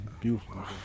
beautiful